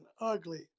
ugly